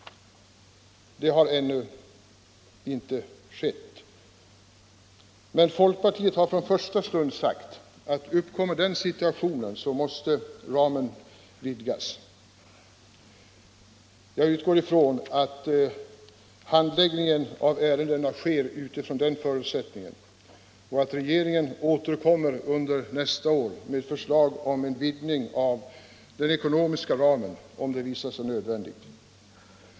Det har ännu inte skett. Men folkpartiet har från första stund sagt att uppkommer den situationen måste ramen vidgas. Jag utgår ifrån att handläggningen av ärendena sker utifrån denna förutsättning, och att regeringen återkommer under nästa år med förslag om vidgning av ramen, om det visar sig nödvändigt.